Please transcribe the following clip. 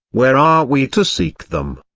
where are we to seek them?